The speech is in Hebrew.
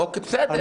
אוקיי, בסדר.